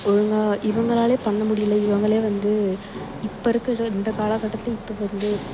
ஒழுங்காக இவங்களாலேயே பண்ண முடியலை இவங்களே வந்து இப்போ இருக்கிற இந்த காலகட்டத்தில் இப்போ வந்து